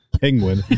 penguin